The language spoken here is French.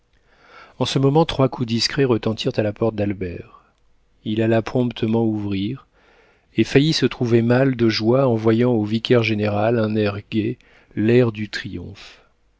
en ce moment trois coups discrets retentirent à la porte d'albert il alla promptement ouvrir et faillit se trouver mal de joie en voyant au vicaire-général un air gai l'air du